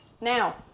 Now